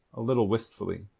a little wistfully.